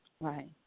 Right